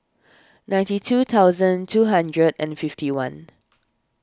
ninety two thousand two hundred and fifty one